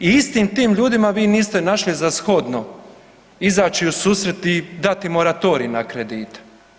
I istim tim ljudima vi niste našli za shodno izaći u susret i dati moratorij na kredite.